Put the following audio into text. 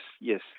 yes